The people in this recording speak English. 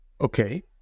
Okay